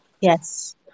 Yes